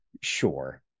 sure